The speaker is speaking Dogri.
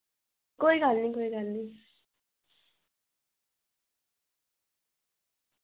कोई गल्ल निं कोई गल्ल निं